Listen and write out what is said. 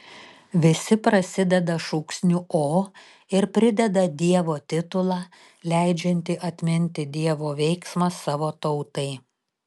visi prasideda šūksniu o ir prideda dievo titulą leidžiantį atminti dievo veiksmą savo tautai